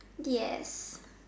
yes